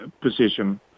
position